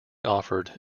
offered